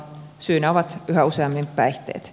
syynä ovat yhä useammin päihteet